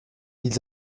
ils